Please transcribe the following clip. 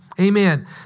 Amen